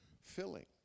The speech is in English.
filling